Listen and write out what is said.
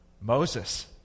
Moses